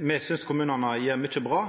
Me synest at kommunane gjer mykje bra,